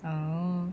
oh